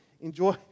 enjoy